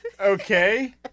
Okay